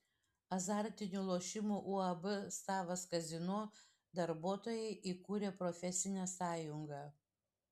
azartinių lošimų uab savas kazino darbuotojai įkūrė profesinę sąjungą